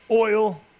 Oil